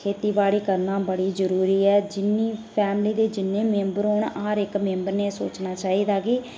खेतीबाड़ी करना बड़ी जरूरी ऐ जिन्नी फैमली दे जिन्ने मेंम्बर होन हर इक मेंम्बर ने एह् सोचना चाहिदा कि